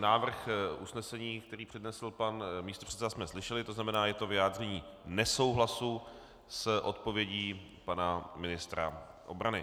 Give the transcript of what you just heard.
Návrh usnesení, který přednesl pan místopředseda, jsme slyšeli, to znamená je to vyjádření nesouhlasu s odpovědí pana ministra obrany.